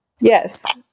Yes